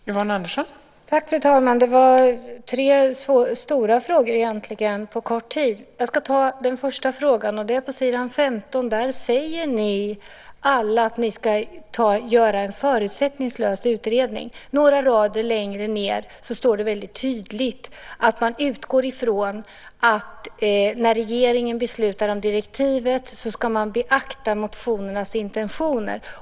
Fru talman! Det var egentligen tre stora frågor på kort tid. Jag ska börja med den första frågan. På s. 15 i betänkandet säger ni alla att man ska göra en förutsättningslös utredning. Några rader längre ned står det väldigt tydligt att man utgår från att regeringen, när den beslutar om direktivet, ska beakta motionernas intentioner.